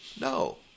No